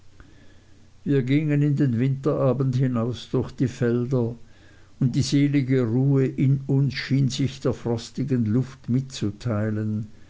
wir gingen in den winterabend hinaus durch die felder und die selige ruhe in uns schien sich der frostigen luft mitzuteilen